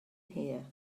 here